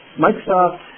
Microsoft